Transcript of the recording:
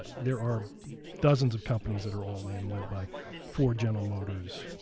there are dozens of companies that are all-in led by ford, general motors,